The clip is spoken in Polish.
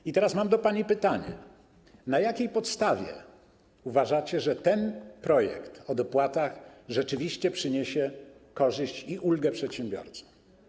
I teraz mam do pani pytanie: Na jakiej podstawie uważacie, że ten projekt o dopłatach rzeczywiście przyniesie korzyść i ulgę przedsiębiorcom?